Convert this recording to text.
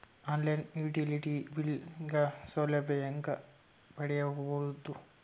On line utility bill ಗ ಸೌಲಭ್ಯ ಹೇಂಗ ಪಡೆಯೋದು?